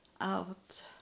out